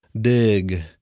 Dig